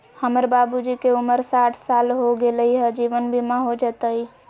हमर बाबूजी के उमर साठ साल हो गैलई ह, जीवन बीमा हो जैतई?